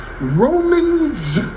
Romans